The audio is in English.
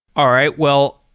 all right. well,